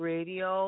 Radio